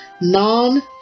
non